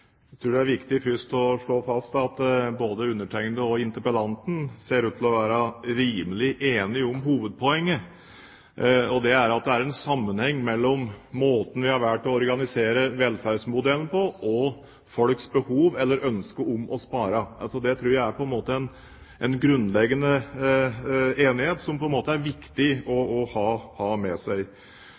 Jeg tror det er viktig først å slå fast at både undertegnede og interpellanten ser ut til å være rimelig enige om hovedpoenget, og det er at det er en sammenheng mellom måten vi har valgt å organisere velferdsmodellen på, og folks behov for eller ønske om å spare. Det tror jeg er en grunnleggende enighet som det er viktig å ha med seg.